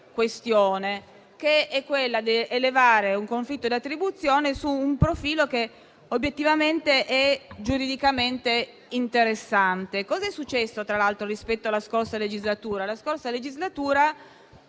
questione, quella di sollevare un conflitto di attribuzione su un profilo che obiettivamente è giuridicamente interessante. Cosa è successo rispetto alla passata legislatura? Nella scorsa legislatura,